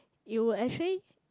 you will actually